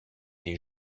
des